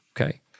Okay